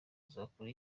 uzakora